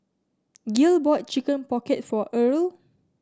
Gil bought Chicken Pocket for Erle